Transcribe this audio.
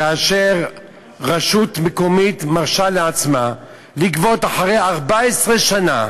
כאשר רשות מקומית מרשה לעצמה לגבות אחרי 14 שנה,